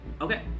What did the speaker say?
Okay